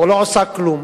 או לא עושה כלום.